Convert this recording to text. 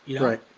Right